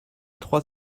trois